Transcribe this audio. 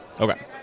Okay